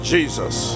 Jesus